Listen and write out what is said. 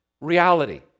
reality